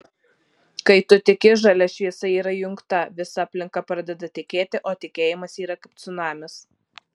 kai tu tiki žalia šviesa yra įjungta visa aplinka pradeda tikėti o tikėjimas yra kaip cunamis